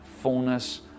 fullness